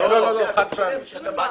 חד פעמי.